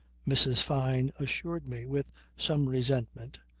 mrs. fyne assured me with some resentment,